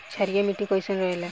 क्षारीय मिट्टी कईसन रहेला?